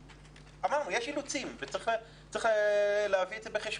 אמרנו, יש אילוצים וצריך להביא את זה בחשבון.